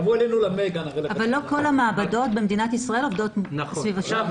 כל המעבדות במדינת ישראל עובדות סביב השעון.